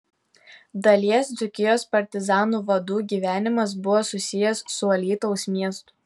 dalies dzūkijos partizanų vadų gyvenimas buvo susijęs su alytaus miestu